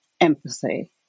empathy